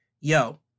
Yo